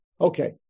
Okay